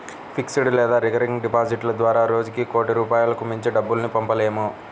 fixed లేదా recurring డిపాజిట్ల ద్వారా రోజుకి కోటి రూపాయలకు మించి డబ్బుల్ని పంపలేము